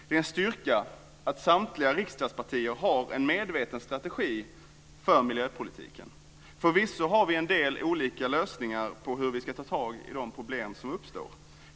Det är en styrka att samtliga riksdagspartier har en medveten strategi för miljöpolitiken. Förvisso har vi en del olika lösningar på hur vi ska ta tag i de problem som uppstår.